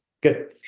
Good